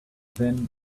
then